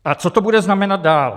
A co to bude znamenat dál?